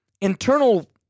internal